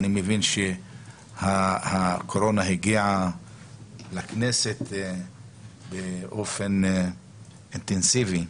אני מבין שהקורונה הגיעה לכנסת באופן אינטנסיבי,